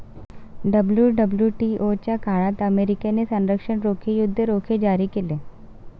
WWTO च्या काळात अमेरिकेने संरक्षण रोखे, युद्ध रोखे जारी केले